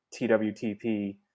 twtp